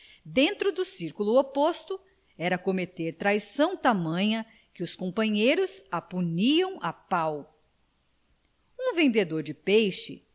dentro do circulo oposto era cometer traição tamanha que os companheiros a puniam a pau um vendedor de peixe